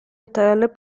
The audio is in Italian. hotel